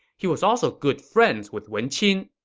he was also good friends with wen qin.